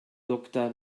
doktor